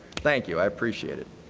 thank you. i appreciate it.